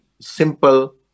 simple